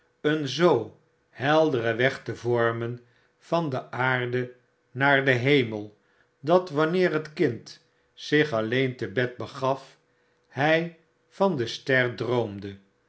een zoo helderen weg te vormen van de aarde naar den hemel dat wanneer het kind zich alleen te bed begaf hij van de ster droomde